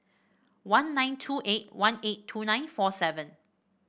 one nine two eight one eight two nine four seven